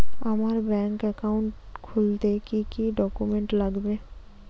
আমার bank account খুলতে কি কি ডকুমেন্ট লাগবে?